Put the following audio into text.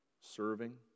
serving